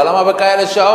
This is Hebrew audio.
אבל למה בשעות כאלה?